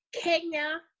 Kenya